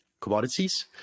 commodities